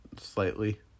slightly